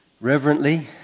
reverently